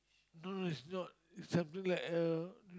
no no is not something like uh